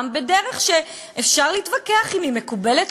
בדרך שאפשר להתווכח אם היא מקובלת,